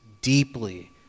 deeply